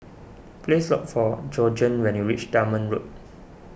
please look for Georgeann when you reach Dunman Road